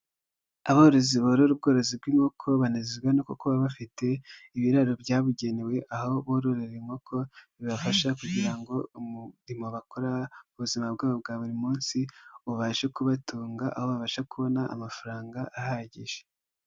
Aborozi borore u ubworozi bw'inkoko, banezezwa kuba baba bafite ibiraro byabugenewe aho bororera inkoko, bibafasha kugira ngo umurimo bakora ubuzima bwabo bwa buri munsi, ubashe kubatunga aho babasha kubona amafaranga ahagije.